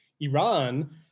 Iran